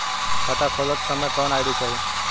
खाता खोलत समय कौन आई.डी चाही?